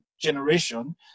generation